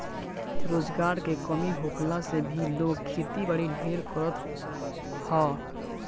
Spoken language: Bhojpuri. रोजगार के कमी होखला से भी लोग खेती बारी ढेर करत हअ